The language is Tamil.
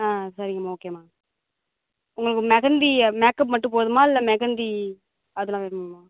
ஆ சரிங்கம்மா ஓகேம்மா உங்களுக்கு மெஹந்தி மேக்அப் மட்டும் போதுமா இல்லை மெஹந்தி அதெலாம் வேணுமாம்மா